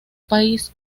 país